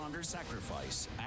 sacrifice